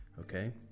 okay